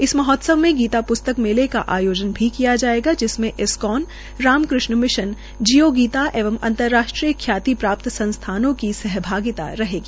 इस महोत्सव में गीता प्स्तक मेले का आयोजन किया जाएगा जिसमें इस्कान रामकृष्ण मिशन जिओ गीता एवं अंतर्राष्ट्रीय ख्याति प्राप्त संस्थानों की सहभागिता रहेगी